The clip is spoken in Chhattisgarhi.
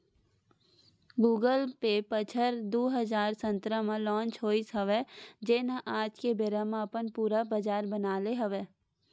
गुगल पे बछर दू हजार सतरा म लांच होइस हवय जेन ह आज के बेरा म अपन पुरा बजार बना ले हवय